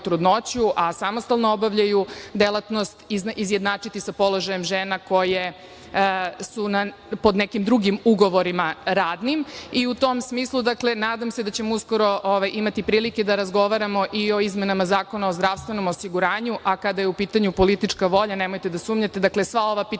a samostalno obavljaju delatnost, izjednačiti sa položajem žena koje su pod nekim drugim ugovorima radnim i u tom smislu nadam se da ćemo uskoro imati prilike da razgovaramo i o izmenama Zakona i zdravstvenom osiguranju. Kada je u pitanju politička volja, nemojte da sumnjate. Dakle, sva ova pitanja